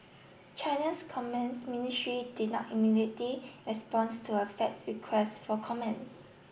China's commence ministry did not immediately responds to a faxed request for comment